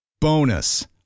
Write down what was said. Bonus